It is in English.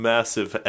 Massive